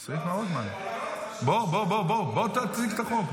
בוא, תציג את החוק.